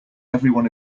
everyone